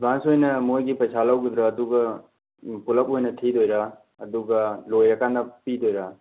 advance ꯑꯣꯏꯅ ꯃꯣꯏꯒꯤ ꯄꯩꯁꯥ ꯂꯧꯒꯗ꯭ꯔꯥ ꯑꯗꯨꯒ ꯄꯨꯂꯞ ꯑꯣꯏꯅ ꯊꯤꯗꯣꯏꯔꯥ ꯑꯗꯨꯒ ꯂꯣꯏꯔꯀꯥꯟꯗ ꯄꯤꯗꯣꯏꯔꯥ